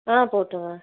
ஆ போட்டிருங்க